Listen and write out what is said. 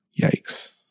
Yikes